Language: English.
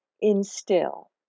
instill